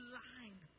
line